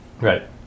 Right